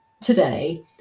today